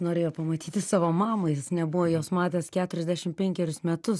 norėjo pamatyti savo mamą jis nebuvo jos matęs keturiasdešim penkerius metus